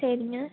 சரிங்க